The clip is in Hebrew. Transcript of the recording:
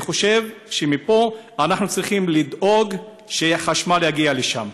אני חושב שמפה אנחנו צריכים לדאוג שחשמל יגיע לשם.